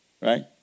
Right